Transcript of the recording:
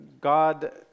God